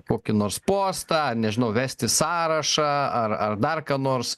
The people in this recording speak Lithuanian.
kokį nors postą nežinau vesti sąrašą ar ar dar ką nors